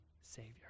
Savior